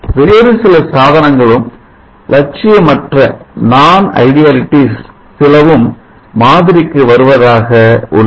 வேறு சில சாதனங்களும் லட்சியமற்ற சிலவும் மாதிரிக்கு வருவதாக உள்ளன